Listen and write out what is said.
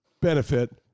benefit